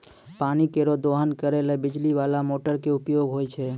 पानी केरो दोहन करै ल बिजली बाला मोटर क उपयोग होय छै